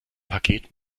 paket